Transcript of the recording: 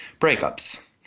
breakups